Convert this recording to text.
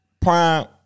Prime